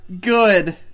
good